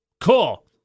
Cool